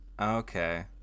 Okay